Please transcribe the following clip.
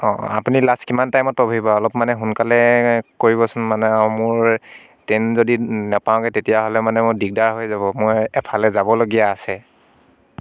অঁ অঁ আপুনি লাষ্ট কিমান টাইমত পাবহি বাৰু অলপ মানে সোনকালে কৰিবচোন মানে মোৰ ট্ৰেইন যদি নেপাওঁগে তেতিয়াহ'লে মানে মোৰ দিগদাৰ হৈ যাব মই এফালে যাবলগীয়া আছে